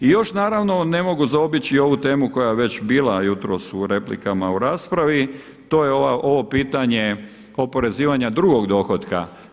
I još naravno ne mogu zaobići i ovu temu koja je već bila jutros u replikama u raspravi, to je ovo pitanje oporezivanja drugog dohotka.